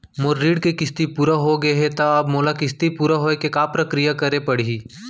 मोर ऋण के किस्ती पूरा होगे हे ता अब मोला किस्ती पूरा होए के का प्रक्रिया करे पड़ही?